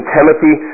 Timothy